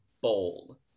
bold